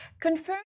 confirm